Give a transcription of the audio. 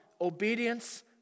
obedience